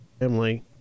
Emily